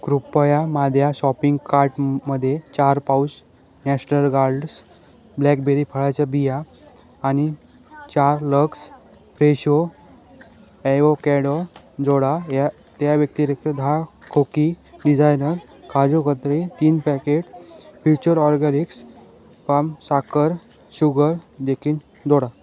कृपया माझ्या shopping cart मध्ये चार पाउच नॅशनल गाल्ड्स ब्लॅकबेरी फळाच्या बिया आणि चार नग फ्रेशो ॲवोकॅडो जोडा या त्या व्यक्तिरिक्त दहा खोकी इझायनर काजू कतली तीन पॅकेट फ्युचर ऑरगॅनिक्स पाम साखर शुगर देखील जोडा